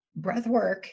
Breathwork